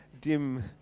dim